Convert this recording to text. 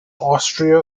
austria